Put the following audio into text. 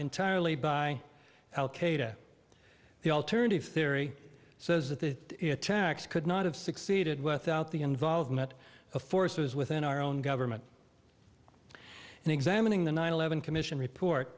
entirely by al qaeda the alternative theory says that the attacks could not have succeeded without the involvement of forces within our own government and examining the nine eleven commission report